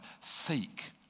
Seek